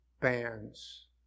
bands